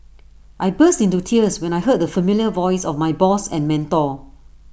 I burst into tears when I heard the familiar voice of my boss and mentor